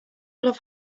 love